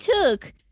took